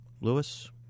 Lewis